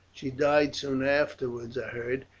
she died soon afterwards, i heard.